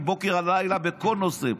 מבוקר עד לילה בכל נושא,